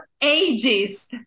ages